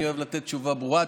אני אוהב לתת תשובה ברורה,